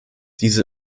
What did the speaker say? diese